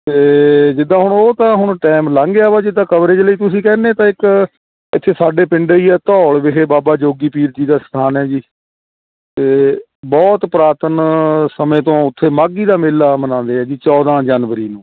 ਅਤੇ ਜਿੱਦਾਂ ਹੁਣ ਉਹ ਤਾਂ ਹੁਣ ਟਾਈਮ ਲੰਘ ਗਿਆ ਵਾ ਜੇ ਤਾਂ ਕਵਰੇਜ ਲਈ ਤੁਸੀਂ ਕਹਿੰਦੇ ਤਾਂ ਇੱਕ ਇੱਥੇ ਸਾਡੇ ਪਿੰਡ ਹੀ ਹੈ ਧੌਲ ਵਿਖੇ ਬਾਬਾ ਜੋਗੀ ਪੀਰ ਜੀ ਦਾ ਸਥਾਨ ਹੈ ਜੀ ਅਤੇ ਬਹੁਤ ਪੁਰਾਤਨ ਸਮੇਂ ਤੋਂ ਉੱਥੇ ਮਾਘੀ ਦਾ ਮੇਲਾ ਮਨਾਉਂਦੇ ਆ ਜੀ ਚੌਦ੍ਹਾਂ ਜਨਵਰੀ ਨੂੰ